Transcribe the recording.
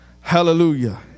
Hallelujah